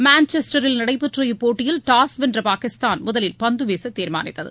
மான்செஸ்டரில் நடைபெற்ற இப்போட்டியில் டாஸ் வெள்ற பாகிஸ்தான் முதலில் பந்து வீச தீர்மானித்தது